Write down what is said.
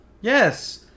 Yes